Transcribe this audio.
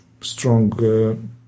Strong